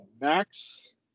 Max